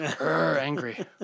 angry